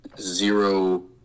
zero